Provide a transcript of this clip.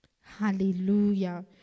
Hallelujah